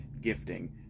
gifting